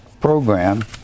program